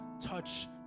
touch